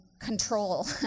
control